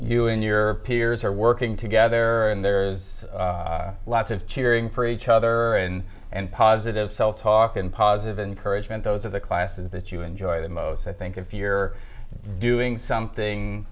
you and your peers are working together and there's lots of cheering for each other and positive self talk and positive encouragement those are the classes that you enjoy the most i think if you're doing something